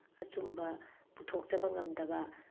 ꯑꯆꯨꯝꯕ ꯄꯨꯊꯣꯛꯆꯕ ꯉꯝꯗꯕ